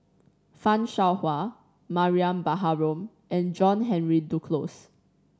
Fan Shao Hua Mariam Baharom and John Henry Duclos